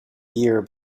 year